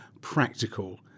practical